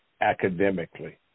academically